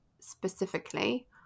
specifically